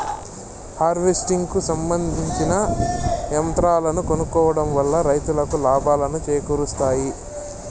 harvesting కు సంబందించిన యంత్రాలను కొనుక్కోవడం వల్ల రైతులకు లాభాలను చేకూరుస్తాయి